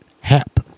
hap